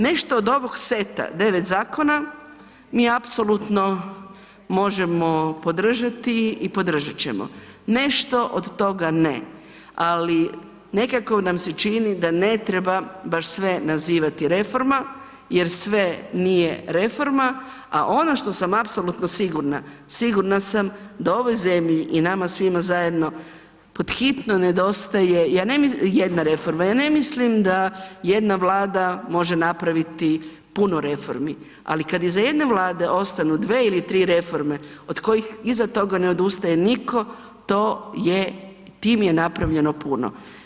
Nešto od ovog seta 9 zakona mi apsolutno možemo podržati i podržat ćemo, nešto od toga ne, ali nekako nam se čini da ne treba baš sve nazivati reforma jer sve nije reforma, a ono što sam apsolutno sigurna, sigurna sam da ovoj zemlji i nama svima zajedno pod hitno nedostaje jedna reforma, ja ne mislim da jedna Vlada može napraviti puno reformi, ali kad iza jedne Vlade ostanu 2 ili 3 reforme od kojih iza toga ne odustaje niko, to je, tim je napravljeno puno.